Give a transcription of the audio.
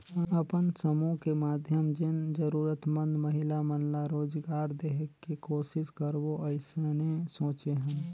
अपन समुह के माधियम जेन जरूरतमंद महिला मन ला रोजगार देहे के कोसिस करबो अइसने सोचे हन